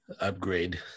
upgrade